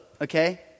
okay